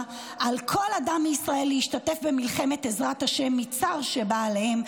על כל אדם מישראל להשתתף במלחמת עזרת השם מצר שבא עליהם,